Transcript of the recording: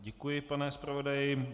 Děkuji, pane zpravodaji.